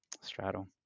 straddle